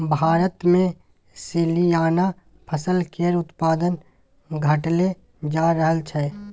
भारतमे सलियाना फसल केर उत्पादन घटले जा रहल छै